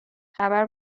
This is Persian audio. خبر